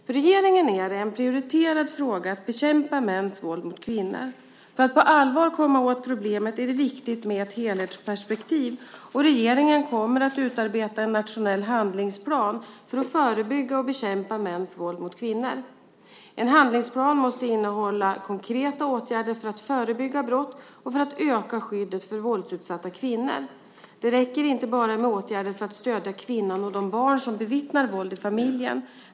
För regeringen är det en prioriterad fråga att bekämpa mäns våld mot kvinnor. För att på allvar komma åt problemet är det viktigt med ett helhetsperspektiv. Regeringen kommer att utarbeta en nationell handlingsplan för att förebygga och bekämpa mäns våld mot kvinnor. En handlingsplan måste innehålla konkreta åtgärder för att förebygga brott och öka skyddet för våldsutsatta kvinnor. Det räcker inte bara med åtgärder för att stödja kvinnan och de barn som bevittnar våld i familjen.